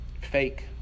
fake